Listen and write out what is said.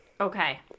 Okay